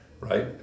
right